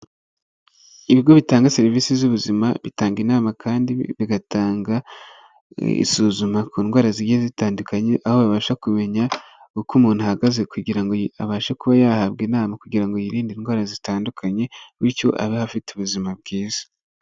Ibigo bitanga serivise z'ubuzima bitanga inama kandi bigatanga isuzuma ku ndwara zigiye zitandukanye, aho babasha kumenya uko umuntu ahagaze kugira abashe kuba yahabwa inama kugira ngo yirinde indwara zitandukanye, bityo abe afite ubuzima bwiza.